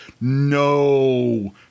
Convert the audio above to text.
no